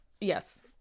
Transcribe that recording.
Yes